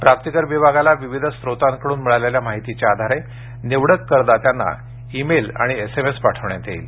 प्राप्ती कर विभागाला विविध स्रोतांकडून मिळालेल्या माहितीच्या आधारे निवडक करदात्यांना ईमेल आणि एसएमएस पाठविण्यात येईल